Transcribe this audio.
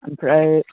ओमफ्राय